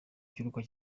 kiruhuko